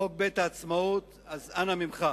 חוק בית העצמאות, אז אנא ממך.